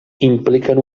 impliquen